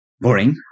boring